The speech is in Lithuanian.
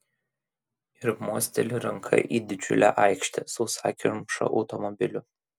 ir mosteli ranka į didžiulę aikštę sausakimšą automobilių